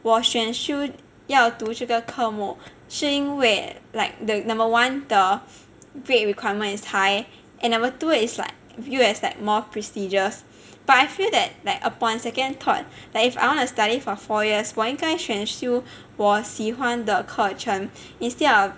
我选修要读这个科目是因为 like the number one the grade requirement is high and number two is like view as like more prestigious but I feel that like upon second thought like if I want to study for four years 我应该选修我喜欢的课程 instead of